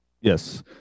Yes